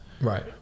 right